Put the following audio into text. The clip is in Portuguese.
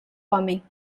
homem